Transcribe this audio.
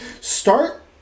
start